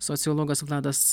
sociologas vladas